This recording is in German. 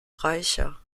reicher